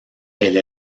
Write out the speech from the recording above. elle